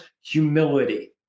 Humility